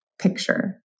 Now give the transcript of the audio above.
Picture